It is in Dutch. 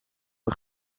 een